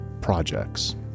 projects